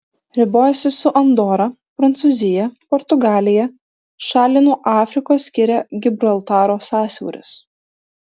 ribojasi su andora prancūzija portugalija šalį nuo afrikos skiria gibraltaro sąsiauris